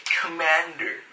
Commander